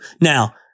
Now